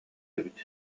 эбит